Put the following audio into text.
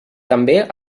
també